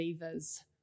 levers